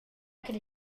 could